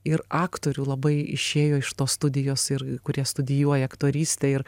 ir aktorių labai išėjo iš tos studijos ir kurie studijuoja aktorystę ir